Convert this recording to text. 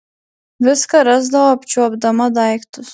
viską rasdavo apčiuopdama daiktus